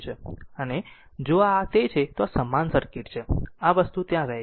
આમ જો આ છે તો આ સમાન સર્કિટ છે આ વસ્તુ ત્યાં રહેશે નહીં